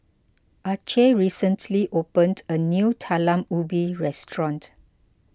Acey recently opened a new Talam Ubi restaurant